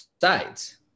sides